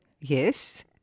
Yes